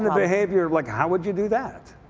in the behavior like how would you do that?